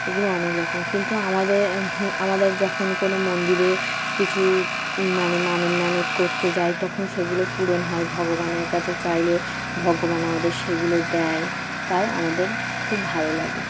এগুলো অনেক রকম কিন্তু আমাদের আমাদের যখন কোনো মন্দিরে কিছু মানে মানত মানত করতে যায় তখন সেগুলো পূরণ হয় ভগবানের কাছে চাইলে ভগবান আমাদের সেগুলো দেয় তাই আমাদের খুব ভালো লাগে